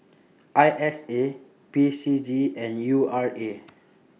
I S A P C G and U R A